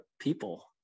people